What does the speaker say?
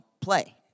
play